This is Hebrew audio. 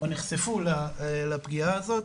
או נחשפו לפגיעה הזאת.